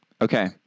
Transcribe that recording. Okay